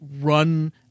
run